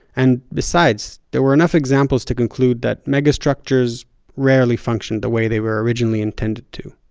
and besides, there were enough examples to conclude that megastructures rarely functioned the way they were originally intended to.